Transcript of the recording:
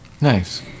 Nice